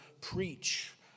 preach